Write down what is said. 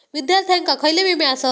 विद्यार्थ्यांका खयले विमे आसत?